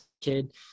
kid